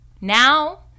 now